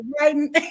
writing